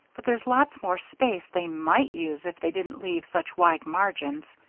but there's lots more space they might use if they didn't leave such wide margins.